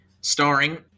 starring